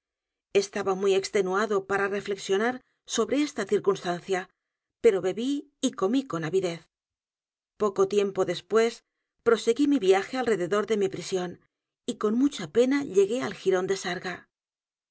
estaba muy extenuado p a r a reflexionar sobre esta circunstancia pero bebí y comí con avidez poco tiempo después proseguí mi viaje alrededor de mi p r i sión y con m u c h a pena llegué al jirón de s